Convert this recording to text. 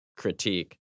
critique